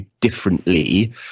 differently